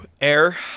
Air